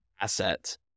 asset